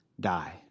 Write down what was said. die